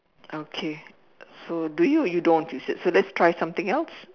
okay so do you you don't you said so let's try something else